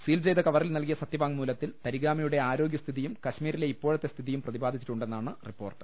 seal ചെയ്ത കവറിൽ നൽകിയ സത്യവാങ്മൂലത്തിൽ തരിഗാമിയുടെ ആരോഗ്യസ്ഥി തിയും കശ്മീരിലെ ഇപ്പോഴത്തെ സ്ഥിതിയും പ്രതിപാദിച്ചിട്ടുണ്ടെ ന്നാണ് റിപ്പോർട്ട്